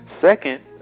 Second